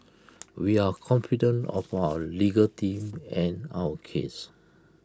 we are confident of our legal team and our case